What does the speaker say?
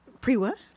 Pre-what